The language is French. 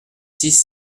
six